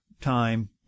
time